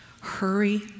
Hurry